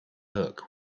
look